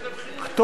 לך?